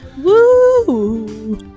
Woo